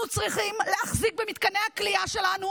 אנחנו צריכים להחזיק במתקני הכליאה שלנו